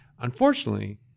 Unfortunately